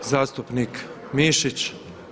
Zastupnik Mišić.